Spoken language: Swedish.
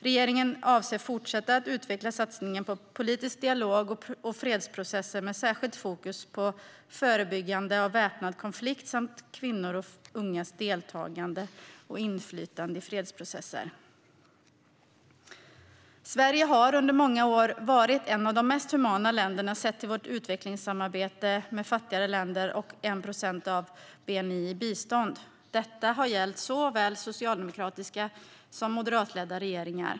Regeringen avser att fortsätta att utveckla satsningen på politisk dialog och fredsprocesser med särskilt fokus på förebyggande av väpnad konflikt samt kvinnors och ungas deltagande och inflytande i fredsprocesser. Sverige har under många år varit ett av de mest humana länderna sett till vårt utvecklingssamarbete med fattigare länder och 1 procent av bni i bistånd. Detta har gällt såväl socialdemokratiskt ledda som moderatledda regeringar.